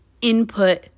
input